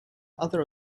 other